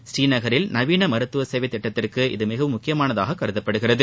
ஸ்ரீநகரில் நவீன மருத்துவ சேவை திட்டத்திற்கு இது மிகவும் முக்கியமானதாகும்